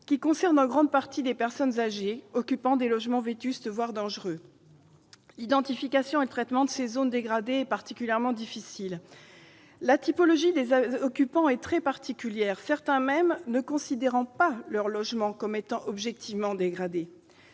cela concerne en grande partie des personnes âgées, occupant des logements vétustes, voire dangereux. L'identification et le traitement de ces zones dégradées sont particulièrement difficiles ; la typologie des occupants est très particulière, certains d'entre eux considérant même que leur logement n'est pas objectivement dégradé.